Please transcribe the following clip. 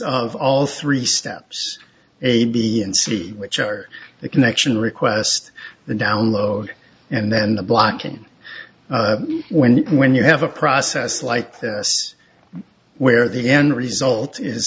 of all three steps a b and c which are the connection requests the download and then the blocking when when you have a process like this where the end result is